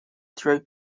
throw